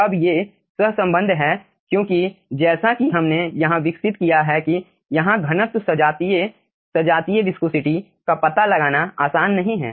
अब ये सहसंबंध हैं क्योंकि जैसा कि हमने यहां विकसित किया है कि यहाँ घनत्व सजातीय सजातीय विस्कोसिटी का पता लगाना आसान नहीं है